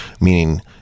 meaning